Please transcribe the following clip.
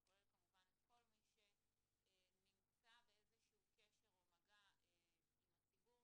זה כולל כמובן את כל מי שנמצא באיזשהו קשר או מגע עם הציבור,